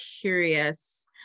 curious